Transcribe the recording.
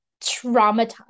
traumatized